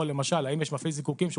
או למשל האם יש מפעיל זיקוקין שהוא